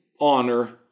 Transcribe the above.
honor